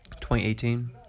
2018